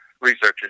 researchers